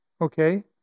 Okay